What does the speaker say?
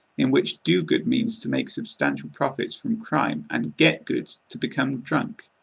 in which do good means to make substantial profits from crime and get good to become drunk.